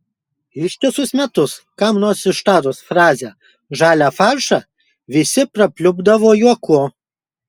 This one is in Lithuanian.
ištisus metus kam nors ištarus frazę žalią faršą visi prapliupdavo juoku